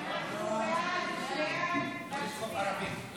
סיעת יש עתיד להביע אי-אמון בממשלה לא